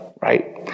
right